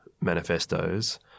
manifestos